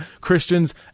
Christians